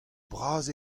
bras